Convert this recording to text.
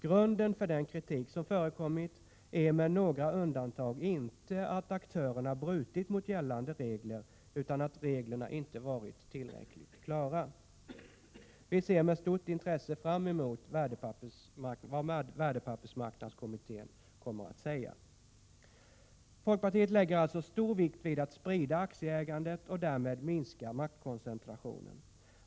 Grunden för den kritik som förekommit är med några undantag inte att aktörerna brutit mot gällande regler utan att reglerna inte varit tillräckligt klara. Vi ser med stort intresse fram emot vad värdepappersmarknadskommittén skall säga. Folkpartiet lägger alltså stor vikt vid att sprida aktieägandet och därmed minska maktkoncentrationen.